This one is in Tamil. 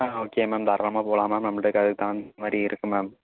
ஆ ஓகே மேம் தாராளமாக போகலாம் மேம் நம்மள்ட்ட அதுக்கு தகுந்த மாதிரி இருக்கு மேம்